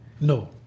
No